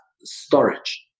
storage